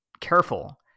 careful